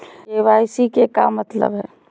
KYC के का मतलब हई?